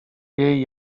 jej